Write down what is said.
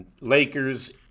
Lakers